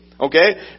Okay